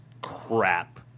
crap